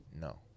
No